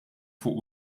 fuq